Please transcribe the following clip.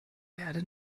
werde